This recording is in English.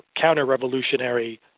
counter-revolutionary